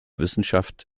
wissenschaft